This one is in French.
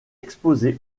exposé